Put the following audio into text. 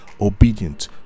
obedient